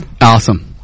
awesome